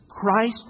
Christ